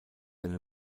eine